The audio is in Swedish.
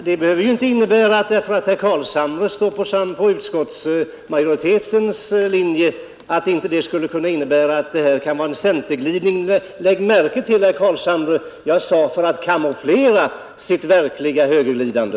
Herr talman! Att herr Carlshamre står på utskottsmajoritetens linje behöver ju inte innebära att det här inte skulle kunna vara en glidning av centern. Lägg märke till, herr Carlshamre, att jag sade att centerpartiet gjort på detta sätt för att kamouflera sitt verkliga högerglidande.